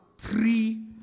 three